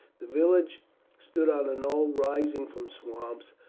the village stood on a knoll rising from swamps,